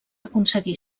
aconseguir